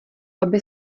aby